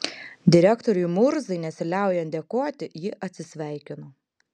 direktoriui murzai nesiliaujant dėkoti ji atsisveikino